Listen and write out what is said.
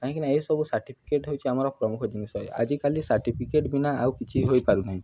କାହିଁକିନା ଏସବୁ ସାର୍ଟିଫିକେଟ୍ ହଉଛି ଆମର ପ୍ରମୁଖ ଜିନିଷ ଆଜିକାଲି ସାର୍ଟିଫିକେଟ୍ ବିନା ଆଉ କିଛି ହୋଇପାରୁନାହିଁ